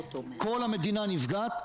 כל המדינה נפגעת,